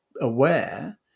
aware